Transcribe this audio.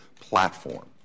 platform